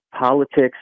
politics